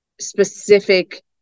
specific